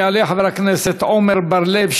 יעלה חבר הכנסת עמר בר-לב,